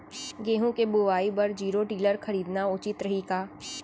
गेहूँ के बुवाई बर जीरो टिलर खरीदना उचित रही का?